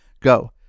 Go